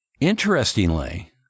Interestingly